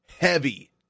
heavy